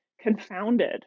confounded